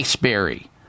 berry